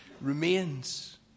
remains